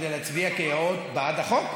כדי להצביע כיאות בעד החוק?